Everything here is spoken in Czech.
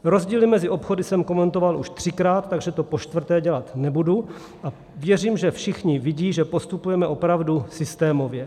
Rozdíly mezi obchody jsem komentoval už třikrát, takže to počtvrté dělat nebudu a věřím, že všichni vidí, že postupujeme opravdu systémově.